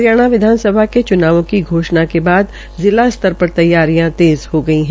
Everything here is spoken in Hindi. हरियाणा विधानसभा के चुनावों की घोषणा के बाद जिला स्तर पर तैयारियां तेज़ हो गई है